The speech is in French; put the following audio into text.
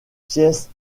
pièce